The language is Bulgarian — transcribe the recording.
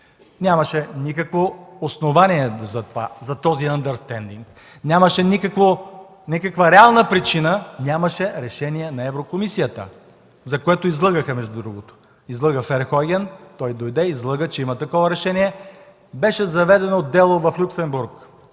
Нямаше никакво основание за този ъндърстендинг. Нямаше никаква реална причина. Нямаше решение на Еврокомисията, за което излъгаха, между другото. Излъга Ферхойген – дойде, излъга, че има такова решение. Беше заведено дело в Люксембург